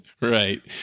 Right